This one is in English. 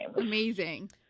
Amazing